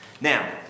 Now